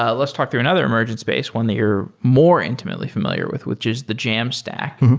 ah let's talk through another emergent space, one that you're more intimately familiar with, which is the jamstack.